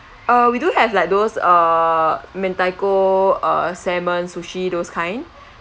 uh we do have like those err mentaiko uh salmon sushi those kind